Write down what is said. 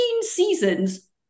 seasons